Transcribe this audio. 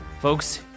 folks